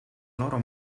loro